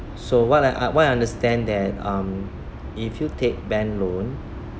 so what I what I understand that um if you take bank loan